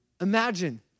Imagine